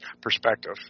perspective